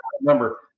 number